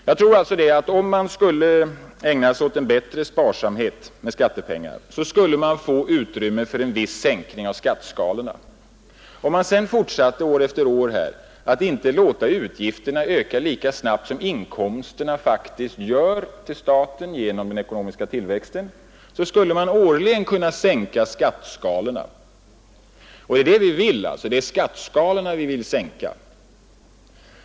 Om man ägnade sig åt en bättre sparsamhet med skattepengar, tror jag att man skulle få utrymme för en viss sänkning av skatteskalorna. Om man sedan år efter år fortsatte med att inte låta utgifterna öka lika snabbt som inkomsterna faktiskt gör för staten genom den ekonomiska tillväxten, skulle man årligen kunna sänka skatteskalorna, och det är detta vi vill.